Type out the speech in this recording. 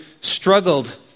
struggled